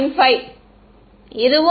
5 இதுவும் கூட n 0